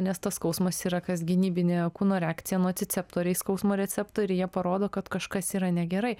nes tas skausmas yra kas gynybinė kūno reakcija nociceptoriais skausmo receptoriai jie parodo kad kažkas yra negerai